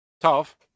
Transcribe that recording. Tough